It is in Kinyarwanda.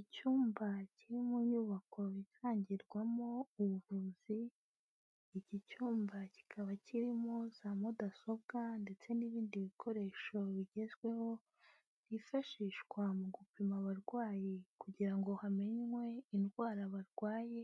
Icyumba kiri mu nyubako itangirwamo ubuvuzi, iki cyumba kikaba kirimo za mudasobwa ndetse n'ibindi bikoresho bigezweho, byifashishwa mu gupima abarwayi kugira ngo hamenywe indwara barwaye,